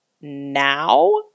now